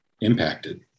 impacted